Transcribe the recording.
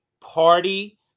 party